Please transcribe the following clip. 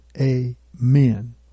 Amen